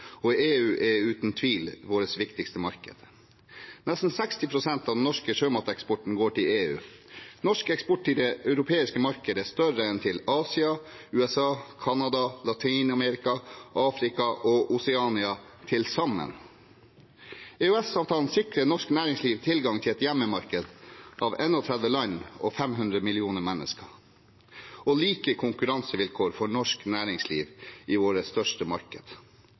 og EU er uten tvil vårt viktigste marked. Nesten 60 pst. av den norske sjømateksporten går til EU. Norsk eksport til det europeiske markedet er større enn den samlede norske eksporten til Asia, USA, Canada, Latin-Amerika, Afrika og Oseania. EØS-avtalen sikrer norsk næringsliv tilgang til et «hjemmemarked» av 31 land og 500 millioner mennesker og like konkurransevilkår for norsk næringsliv i vårt største marked.